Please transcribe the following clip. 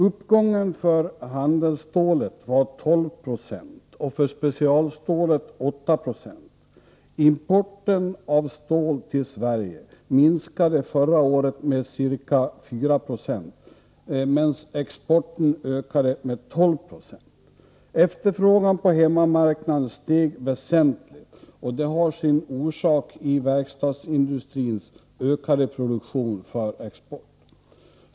Uppgången för handelsstålet var 12 90 och för specialstålet 8 26. Importen av stål till Sverige minskade förra året med ca 4 96, medan exporten ökade med 12 96. Efterfrågan på hemmamarknaden steg väsentligt, och det har sin orsak i verkstadsindustrins ökade produktion för export.